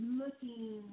looking –